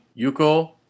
Yuko